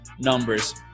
numbers